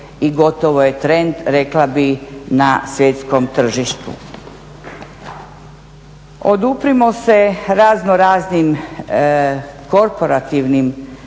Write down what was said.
i gotovo je trend rekla bih na svjetskom tržištu. Oduprimo se razno raznim korporativnim